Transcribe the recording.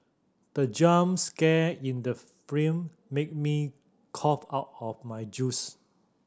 the jump scare in the frame made me cough out my juice